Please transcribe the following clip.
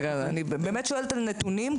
אני באמת שואלת על נתונים,